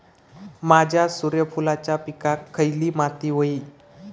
माझ्या सूर्यफुलाच्या पिकाक खयली माती व्हयी?